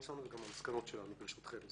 שלנו וגם את המסקנות שלנו ברשותכם.